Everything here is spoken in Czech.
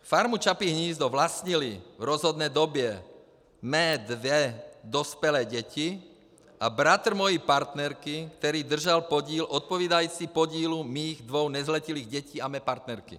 Farmu Čapí hnízdo vlastnily v rozhodné době mé dvě dospělé děti a bratr mojí partnerky, který držel podíl odpovídající podílu mých dvou nezletilých dětí a mé partnerky.